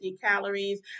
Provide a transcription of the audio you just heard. calories